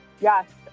Yes